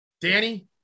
danny